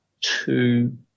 two